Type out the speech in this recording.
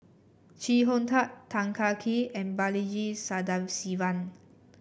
Chee Hong Tat Tan Kah Kee and Balaji Sadasivan